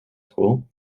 school